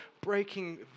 breaking